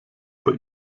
bei